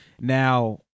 Now